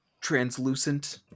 translucent